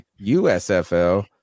USFL